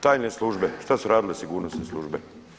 Tajne službe, šta su radile sigurnosne službe?